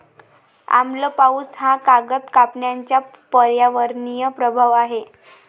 आम्ल पाऊस हा कागद कंपन्यांचा पर्यावरणीय प्रभाव आहे